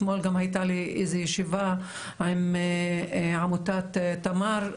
אתמול גם הייתה לי איזו ישיבה עם עמותת תמר,